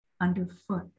underfoot